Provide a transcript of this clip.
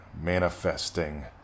manifesting